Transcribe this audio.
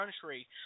country